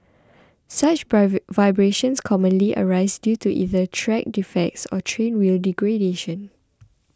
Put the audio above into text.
such vibrations commonly arise due to either track defects or train wheel degradation